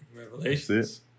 Revelations